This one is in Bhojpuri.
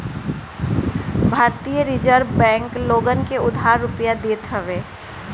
भारतीय रिजर्ब बैंक लोगन के उधार रुपिया देत हवे